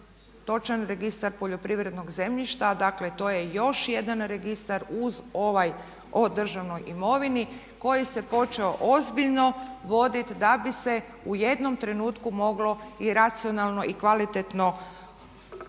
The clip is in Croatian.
točan registar poljoprivrednog zemljišta. Dakle, to je još jedan registar uz ovaj o državnoj imovini koji se počeo ozbiljno voditi da bi se u jednom trenutku moglo i racionalno i kvalitetno upravljati